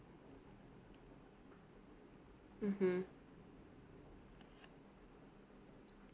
mmhmm